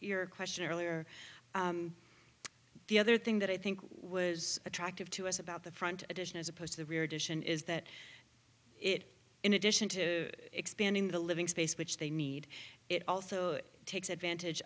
your question earlier the other thing that i think was attractive to us about the front addition as opposed to the rear addition is that it in addition to expanding the living space which they need it also takes advantage